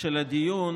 של הדיון,